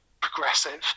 Progressive